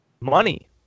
money